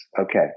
okay